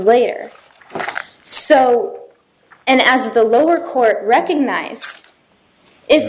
later so and as the lower court recognized i